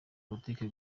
politike